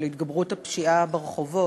של התגברות הפשיעה ברחובות,